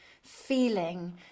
feeling